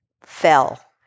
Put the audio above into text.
fell